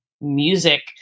music